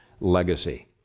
legacy